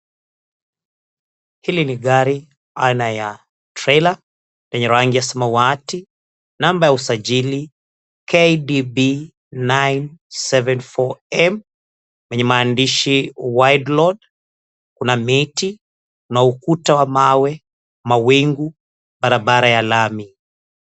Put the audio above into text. Hili ni gari aina ya trela lenye rangi ya samawati, namba ya usajili KDB 974M, yenye maandishi, "Wideload". Kuna miti na ukuta wa mawe, mawingu, barabara ya lami.